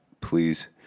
please